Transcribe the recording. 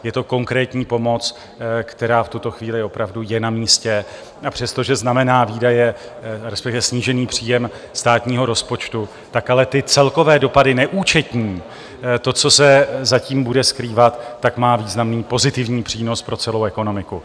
Je to konkrétní pomoc, která v tuto chvíli opravdu je namístě, a přestože znamená výdaje, respektive snížený příjem státního rozpočtu, tak ale ty celkové dopady neúčetní, to, co se za tím bude skrývat, tak má významný pozitivní přínos pro celou ekonomiku.